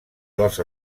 dels